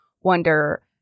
wonder